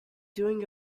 doing